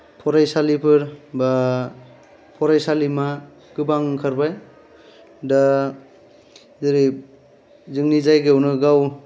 फरायसालिफोर बा फरायसालिमा गोबां ओंखारबाय दा जेरै जोंनि जायगायावनो गाव